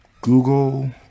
Google